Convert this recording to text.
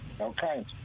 Okay